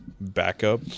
backup